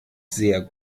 sehr